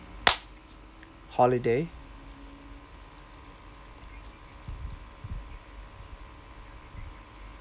holiday